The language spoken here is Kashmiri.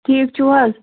ٹھیٖک چھُو حظ